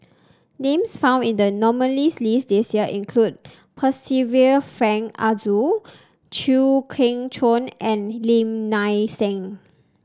names found in the nominees' list this year include Percival Frank Aroozoo Chew Kheng Chuan and Lim Nang Seng